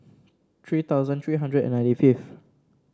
three thousand three hundred and ninety fifth